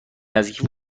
نزدیکی